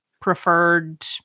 preferred